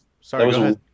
sorry